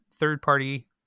third-party